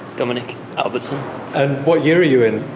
dominic albertson. and what year are you in?